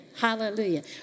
Hallelujah